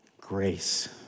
grace